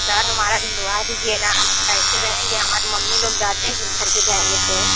sir हमारा ढुँढवा दीजिए ना हम कैसे रहेंगे हमारा मम्मी लोग डाटेंगी घर पर जाएंगे तो